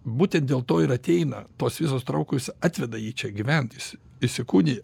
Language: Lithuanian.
būtent dėl to ir ateina tos visos traukos atveda jį čia gyvent jis įsikūnija